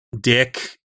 Dick